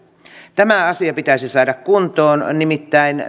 tämä asia pitäisi saada kuntoon nimittäin